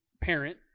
parent